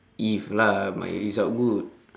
if lah my result good